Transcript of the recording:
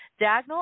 Dagnall